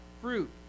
fruit